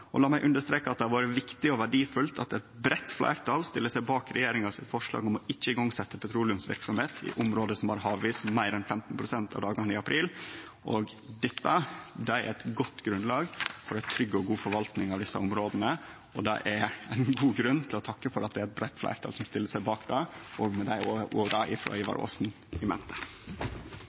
La meg understreke at det har vore viktig og verdifullt at eit breitt fleirtal stiller seg bak forslaget frå regjeringa om ikkje å setje i gang petroleumsverksemd i område som har havis meir enn 15 pst. av dagane i april. Dette er eit godt grunnlag for ei trygg og god forvalting av desse områda, og det er ein god grunn til å takke for at det er eit breitt fleirtal som stiller seg bak det, òg med